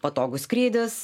patogus skrydis